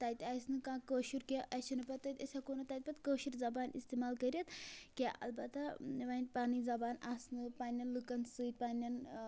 تَتہِ آسہِ نہٕ کانٛہہ کٲشُر کینٛہہ اَسہِ چھِنہٕ پَتہٕ تَتہِ أسۍ ہٮ۪کو نہٕ تَتہِ پتہٕ کٲشِر زبان اِستعمال کٔرِتھ کینٛہہ البتہ ونۍ پَنٕنۍ زَبان آسنہٕ پننٮ۪ن لُکَن سۭتۍ پنٛنٮ۪ن